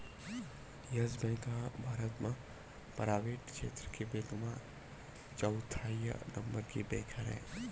yes Bank ह भारत म private छेत्र के बेंक म चउथइया नंबर के बेंक हरय